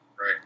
Right